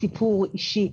סיפור אישי,